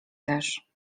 też